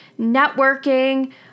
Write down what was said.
networking